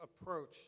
approach